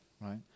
right